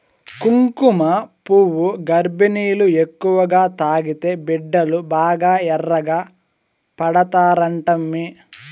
కుంకుమపువ్వు గర్భిణీలు ఎక్కువగా తాగితే బిడ్డలు బాగా ఎర్రగా పడతారంటమ్మీ